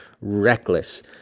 reckless